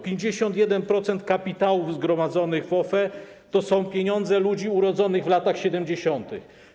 51% kapitałów zgromadzonych w OFE to są pieniądze ludzi urodzonych w latach 70.